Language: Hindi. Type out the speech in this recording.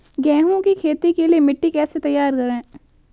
गेहूँ की खेती के लिए मिट्टी कैसे तैयार करें?